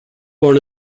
born